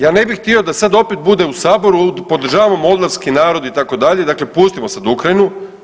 Ja ne bih htio da sad opet bude u saboru, podržavam moldavski narod itd., dakle pustimo sad Ukrajinu.